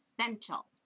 essential